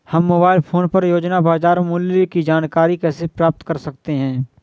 हम mobile phone पर रोजाना बाजार मूल्य की जानकारी कैसे प्राप्त कर सकते हैं?